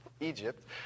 Egypt